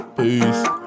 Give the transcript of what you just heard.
Peace